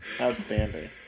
Outstanding